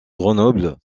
grenoble